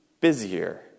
busier